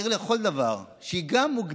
זו עיר לכל דבר, שגם היא מוגדרת